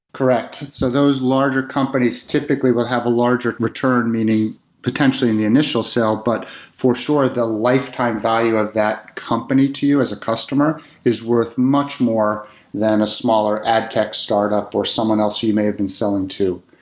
correct. so those larger companies typically will have a larger return, meaning potentially in the initial sell. but for sure the lifetime value of that company to you as a customer is worth much more than a smaller ad tech startup or someone else you you may have been selling to.